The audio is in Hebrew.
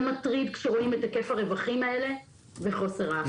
זה מטריד כשרואים את היקף הרווחים האלה וחוסר האכיפה.